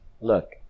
Look